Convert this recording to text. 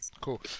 Cool